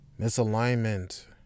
misalignment